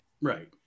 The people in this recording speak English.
Right